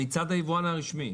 מצד היבואן הרשמי?